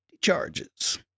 charges